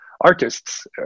artists